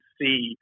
see